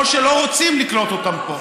או שלא רוצים לקלוט אותם פה.